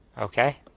Okay